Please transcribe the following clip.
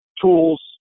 tools